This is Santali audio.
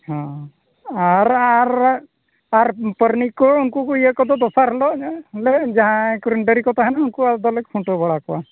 ᱦᱮᱸ ᱟᱨ ᱟᱨ ᱟᱨ ᱯᱟᱹᱨᱱᱤᱠ ᱠᱚ ᱩᱱᱠᱚ ᱤᱭᱟᱹᱠᱚᱫᱚ ᱫᱚᱥᱟᱨ ᱦᱤᱞᱳᱜ ᱜᱮᱞᱮ ᱡᱟᱦᱟᱸᱭ ᱠᱚᱨᱮᱱ ᱰᱟᱹᱝᱨᱤᱠᱚ ᱛᱟᱦᱮᱱᱟ ᱩᱱᱠᱚ ᱟᱫᱚᱞᱮ ᱠᱷᱩᱱᱴᱟᱹᱣ ᱵᱟᱲᱟ ᱠᱚᱣᱟ